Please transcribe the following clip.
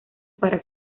para